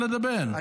יפה.